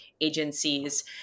agencies